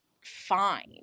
fine